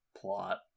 plot